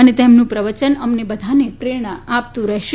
અને તેમનું પ્રવચન અમને બધાને પ્રેરણા આપતું રહેશે